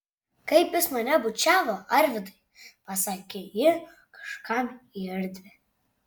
kaip jis mane bučiavo arvydai pasakė ji kažkam į erdvę